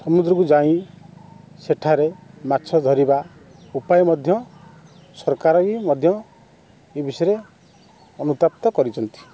ସମୁଦ୍ରକୁ ଯାଇଁ ସେଠାରେ ମାଛ ଧରିବା ଉପାୟ ମଧ୍ୟ ସରକାର ଇଏ ମଧ୍ୟ ଏ ବିଷୟରେ ଅନୁତପ୍ତ କରିଛନ୍ତି